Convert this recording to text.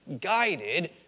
guided